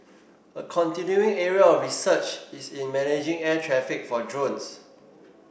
a continuing area of research is in managing air traffic for drones